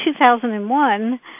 2001